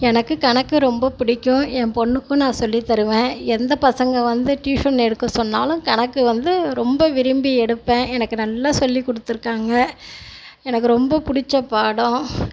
எனக்கு கணக்கு ரொம்ப பிடிக்கும் என் பொண்ணுக்கும் நான் சொல்லி தருவேன் எந்த பசங்கள் வந்து டியூசன் எடுக்க சொன்னாலும் கணக்கு வந்து ரொம்ப விரும்பி எடுப்பேன் எனக்கு நல்லா சொல்லி கொடுத்துருக்காங்க எனக்கு ரொம்ப பிடிச்ச பாடம்